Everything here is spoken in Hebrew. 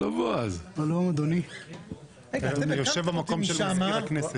היום יום שלישי,